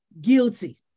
guilty